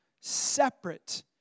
separate